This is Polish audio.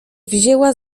wzięła